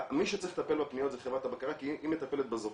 מי שצריך לטפל בפניות זה חברת הבקרה כי היא מטפלת בזוכים.